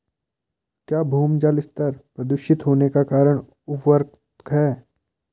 क्या भौम जल स्तर प्रदूषित होने का कारण उर्वरक है?